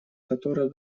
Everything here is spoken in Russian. которая